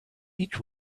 each